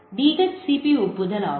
இது DHCP ஒப்புதல் ஆகும்